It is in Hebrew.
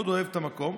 מאוד אוהב את המקום.